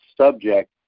subject